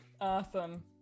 Awesome